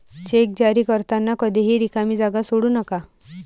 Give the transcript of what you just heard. check जारी करताना कधीही रिकामी जागा सोडू नका